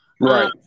Right